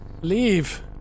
Leave